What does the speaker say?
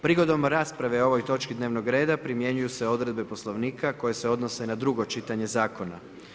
Prigodom rasprave o ovoj točki dnevnog reda primjenjuju se odredbe Poslovnika koje se odnose na drugo čitanje zakona.